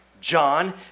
John